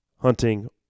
hunting